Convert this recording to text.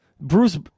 Bruce